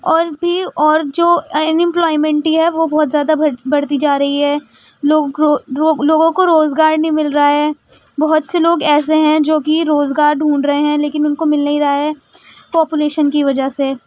اور بھی اور جو ان ایمپلائیمنٹی ہے وہ بہت زیادہ بڑھتی جا رہی ہے لوگ لوگوں کو روزگار نہیں مل رہا ہے بہت سے لوگ ایسے ہیں جوکہ روزگار ڈھونڈ رہے ہیں لیکن ان کو مل نہیں رہا ہے پاپولیشن کی وجہ سے